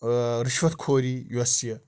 رِشوَت خوری یۄس یہِ